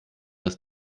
das